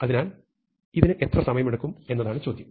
അതിനാൽ ഇതിന് എത്ര സമയമെടുക്കും എന്നതാണ് ചോദ്യം